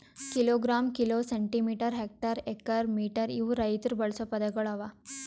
kilogram, kilo, centimetre, hectare, acre, metre ಇವು ರೈತುರ್ ಬಳಸ ಪದಗೊಳ್ ಅವಾ